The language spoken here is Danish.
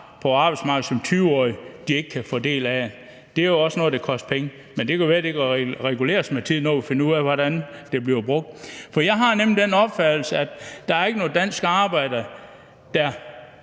på arbejdsmarkedet som 20-årige, ikke kan få del i det. Det er jo også noget, der koster penge, men det kan være, at det kan reguleres med tiden, når vi finder ud af, hvordan det bliver brugt. For jeg har nemlig den opfattelse, at der ikke er nogen danske arbejdere, der